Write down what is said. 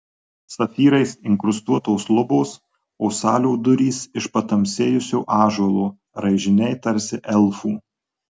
safyrais inkrustuotos lubos o salių durys iš patamsėjusio ąžuolo raižiniai tarsi elfų